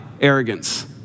arrogance